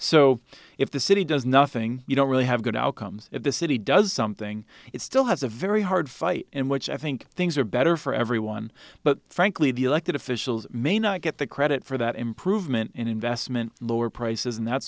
so if the city does nothing you don't really have good outcomes if the city does something it still has a very hard fight in which i think things are better for everyone but frankly the elected officials may not get the credit for that improvement in investment lower prices and that